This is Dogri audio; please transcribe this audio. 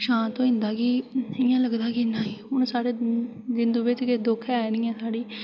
शांत होई जंदा कि इ'यां लगदा की नेईं हून साढ़े जिंदू बिच कोई दुक्ख ऐ गै निं ऐ साढ़ी